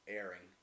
airing